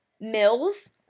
Mills